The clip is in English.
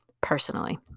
Personally